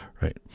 right